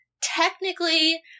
technically